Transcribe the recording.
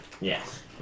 Yes